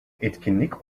etkinlik